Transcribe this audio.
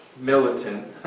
militant